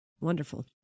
Wonderful